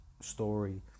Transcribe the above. story